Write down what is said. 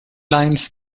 lines